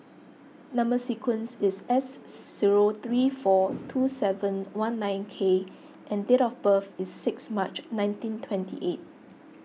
Number Sequence is S zero three four two seven one nine K and date of birth is six March nineteen twenty eight